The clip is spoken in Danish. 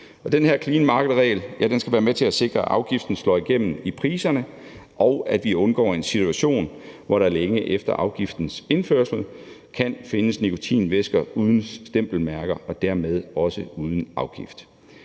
den her clean market-regel skal være med til at sikre, at afgiften slår igennem i priserne, og at vi undgår en situation, hvor der længe efter afgiftens indførelse kan findes nikotinvæsker uden stempelmærker og dermed også uden afgift.